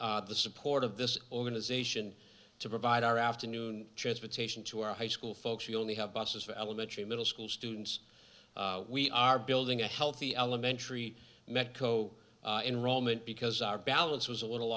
support the support of this organization to provide our afternoon transportation to our high school folks we only have buses for elementary middle school students we are building a healthy elementary meco enrollment because our balance was a little